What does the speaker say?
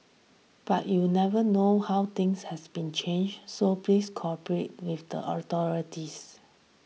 but you never know how things has been changed so please cooperate with the authorities